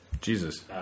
Jesus